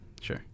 sure